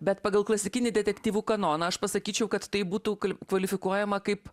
bet pagal klasikinį detektyvų kanoną aš pasakyčiau kad tai būtų kvalifikuojama kaip